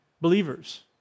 believers